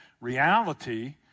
reality